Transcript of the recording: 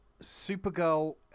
Supergirl